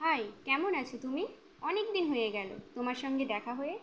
high কেমন আছো তুমি অনেক দিন হয়ে গেল তোমার সঙ্গে দেখা হয়ে